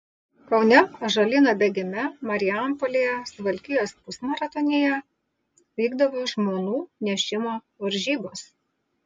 kaune ąžuolyno bėgime marijampolėje suvalkijos pusmaratonyje vykdavo žmonų nešimo varžybos